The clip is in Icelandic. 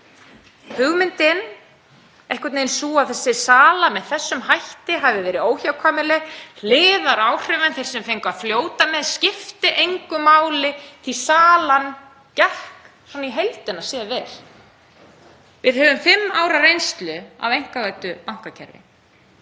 Hugmyndin er einhvern veginn sú að þessi sala með þessum hætti hafi verið óhjákvæmileg, hliðaráhrifin, þeir sem fengu að fljóta með, skipti engu máli því salan gekk svona í heildina séð vel. Við höfum fimm ára reynslu af einkavæddu bankakerfi,